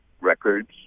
records